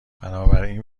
بنابراین